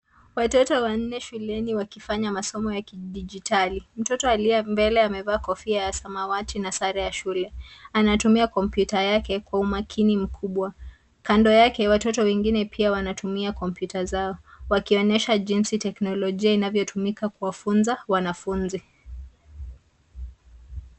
Watoto wanne shuleni wakifanya masomo ya kidijitali. Mtoto aliye mbele amevaa kofia ya samawati na sare ya shule. Anatumia kompyuta yake kwa umakini mkubwa. Kando yake, watoto wengine pia wanatumia kompyuta zao wakionyesha jinsi teknolojia inavyotumika kuwafunza wanafunzi.